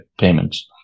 payments